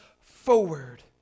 forward